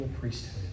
priesthood